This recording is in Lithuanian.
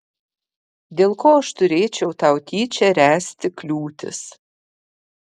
dėl ko aš turėčiau tau tyčia ręsti kliūtis